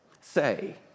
Say